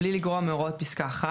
בלי לגרוע מהוראות פסקה (1),